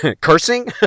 Cursing